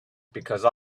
because